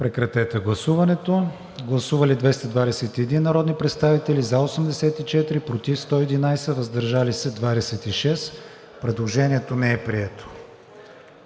прегласуване. Гласували 223 народни представители: за 87, против 102, въздържали се 34. Предложението не е прието.